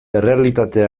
errealitate